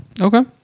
okay